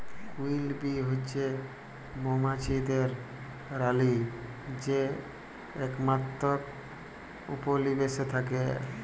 queen bee হছে মোমাছিদের রালী যে একমাত্তর উপলিবেশে থ্যাকে